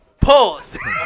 Pause